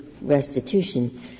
restitution